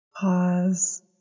pause